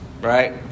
Right